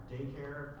Daycare